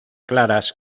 claras